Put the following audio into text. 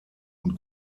und